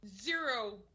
zero